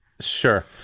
Sure